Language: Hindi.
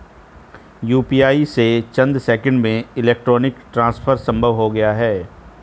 यूपीआई से चंद सेकंड्स में इलेक्ट्रॉनिक ट्रांसफर संभव हो गया है